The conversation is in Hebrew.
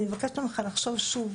אני מבקשת ממך לחשוב שוב,